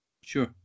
Sure